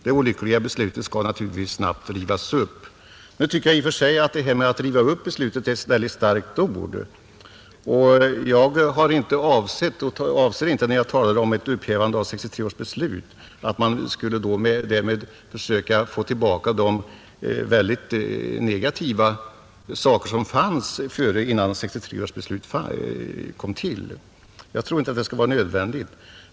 Det olyckliga beslutet skall naturligtvis snabbt rivas upp.” Jag tycker att det här med att riva upp beslutet är väldigt starka ord, och jag avsåg inte, när jag talade om upphävande av 1963 års beslut att man därmed skulle försöka få tillbaka de mycket negativa inslag som fanns innan 1963 års beslut kom till. Jag tror inte att det skulle vara nödvändigt.